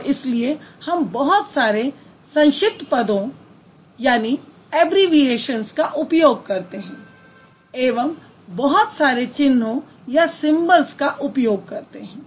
और इसलिए हम बहुत सारे संक्षिप्त पदों का उपयोग करते हैं एवं बहुत सारे चिन्हों का उपयोग करते हैं